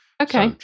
Okay